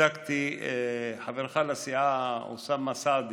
חברך לסיעה אוסאמה סעדי